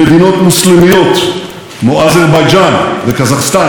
חיזקנו את קשרי הטכנולוגיה והסחר עם הכלכלות